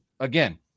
Again